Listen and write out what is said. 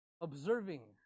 observing